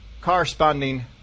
corresponding